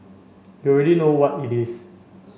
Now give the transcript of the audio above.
you already know what it is